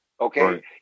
Okay